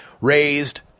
raised